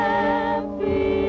Happy